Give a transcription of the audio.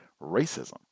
racism